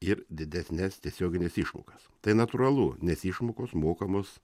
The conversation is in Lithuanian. ir didesnes tiesiogines išmokas tai natūralu nes išmokos mokamos